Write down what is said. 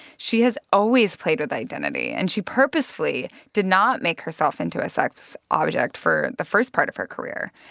she has always played with identity. and she purposefully did not make herself into a sex object for the first part of her career.